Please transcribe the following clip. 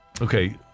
Okay